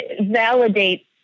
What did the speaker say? validate